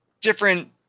different